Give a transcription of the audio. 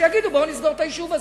שיגידו: בואו נסגור את היישוב הזה.